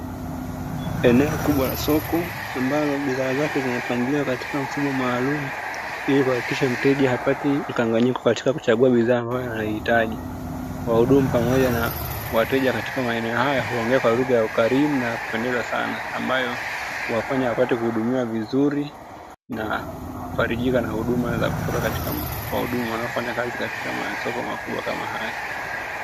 Eneo kubwa la soko ambalo bidhaa zake zimepangiliwa katika utaratibu maalumu. Ili kuhakikisha mteja hapati changamoto katika kuchagua bidhaa anayoihitaji, wahudumu pamoja na wateja katika maeneo haya huingia kwa lugha ya ukarimu na upole sana ambayo huwafanya wateja wapate huduma vizuri na kufarijika na huduma kutoka kwa wahudumu wanaofanya kazi katika masoko makubwa kama haya.